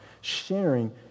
sharing